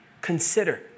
Consider